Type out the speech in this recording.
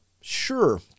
Sure